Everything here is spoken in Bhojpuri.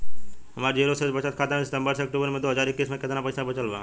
हमार जीरो शेष बचत खाता में सितंबर से अक्तूबर में दो हज़ार इक्कीस में केतना पइसा बचल बा?